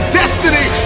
destiny